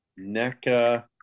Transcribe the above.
NECA